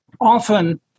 often